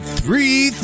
three